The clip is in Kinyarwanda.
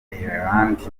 ireland